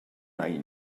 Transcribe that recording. any